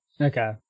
okay